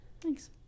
Thanks